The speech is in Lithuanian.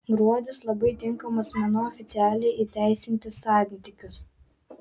gruodis labai tinkamas mėnuo oficialiai įteisinti santykius